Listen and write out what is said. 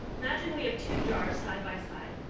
imagine we have two jars side by side.